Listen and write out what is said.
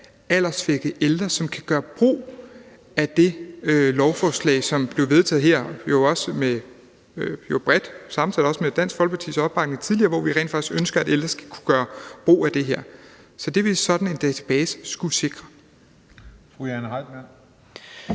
alderssvækkede ældre, som kan gøre brug af det lovforslag, som jo blev vedtaget her bredt – og med Dansk Folkepartis opbakning tidligere – hvor vi rent faktisk ønsker, at ældre skal kunne gøre brug af det her. Så det vil sådan en database skulle sikre. Kl. 12:57 Den